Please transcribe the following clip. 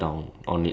ya same